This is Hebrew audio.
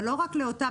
אבל לא רק לאותם,